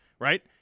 right